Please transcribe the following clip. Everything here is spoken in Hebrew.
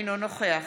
אינו נוכח